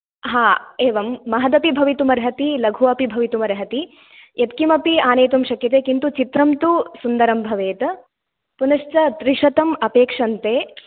हा एवं महदपि भवितुम् अर्हति लघु अपि भवितुं अर्हति यत् किमपि आनेतुं शक्यते किन्तु चित्रं तु सुन्दरं भवेत् पुनश्च त्रिशतम् अपेक्षन्ते